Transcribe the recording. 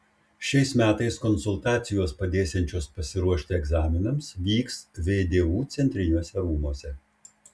šiais metais konsultacijos padėsiančios pasiruošti egzaminams vyks vdu centriniuose rūmuose